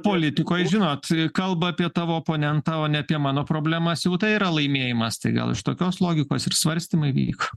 politikoj žinot kalba apie tavo oponentą o ne apie mano problemas jau tai yra laimėjimas tai gal iš tokios logikos ir svarstymai vyko